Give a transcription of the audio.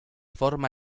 forma